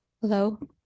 Hello